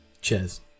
cheers